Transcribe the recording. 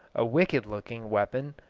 a wicked-looking weapon,